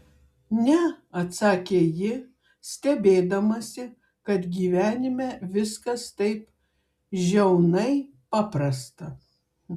ne atsakė ji stebėdamasi kad gyvenime viskas taip žiaunai paprasta